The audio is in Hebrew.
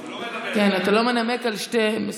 כן, אתה לא מנמק את שתיהן.